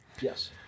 Yes